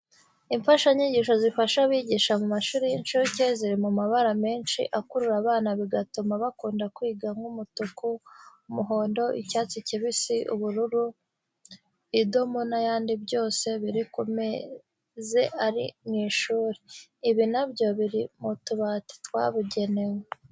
Imfashanyigisho zifasha abigisha mu mashuri y'incuke, ziri mu mabara menshi akurura abana bigatuma bakunda kwiga nk'umutuku, umuhondo, icyatsi kibisi, ubururu, idoma n'ayandi byose biri ku meze ari mu ishuri. Ibindi na byo biri mu tubati twabugenewe.